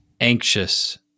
anxious